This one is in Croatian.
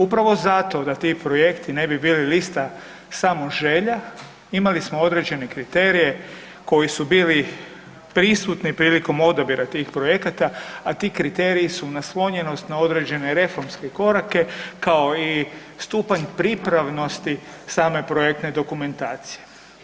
Upravo zato da ti projekti ne bi bili lista samo želja, imali smo određene kriterije koji su bili prisutni prilikom odabira tih projekata a ti kriteriji su naslonjenost na određene reformske korake kao i stupanj pripravnosti same projektne dokumentacije.